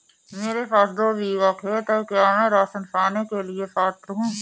मेरे पास दो बीघा खेत है क्या मैं राशन पाने के लिए पात्र हूँ?